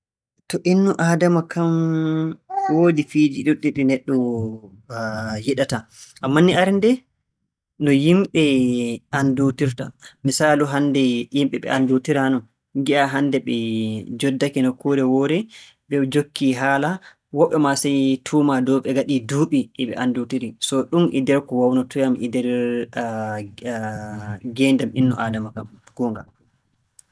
To innu aadama kam, woodi fiiji ɗuuɗɗi ɗi neɗɗo yiɗata. Ammaa ni arannde, no yimɓe anndootirta. Misaalu, hannde yimɓe ɓe anndootiraano, ngi'a ɓe njooɗdake nokkuure woore, ɓe njokkii haala. Woɓɓe maa sey tuuma dow ɓe ngaɗii duuɓi e ɓe anndootiri. So ɗum e nder ko waawanotoo yam e nder ngeendam innu aadama, kam, goonga.